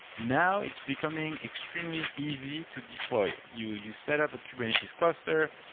now, it's becoming extremely easy to deploy. you you set up a kubernetes cluster.